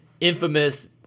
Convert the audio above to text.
infamous